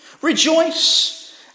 Rejoice